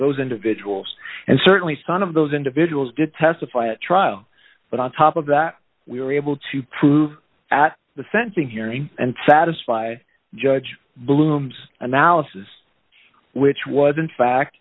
those individuals and certainly some of those individuals did testify at trial but on top of that we were able to prove at the sensing hearing and satisfy judge bloom's analysis which was in fact